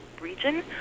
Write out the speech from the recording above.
region